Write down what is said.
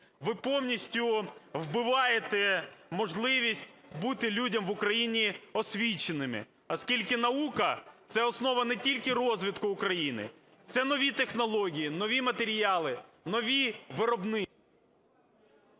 ви повністю вбиваєте можливість бути людям в Україні освіченими, оскільки наука – це основа не тільки розвитку України, це нові технології, нові матеріали, нові…